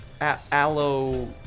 aloe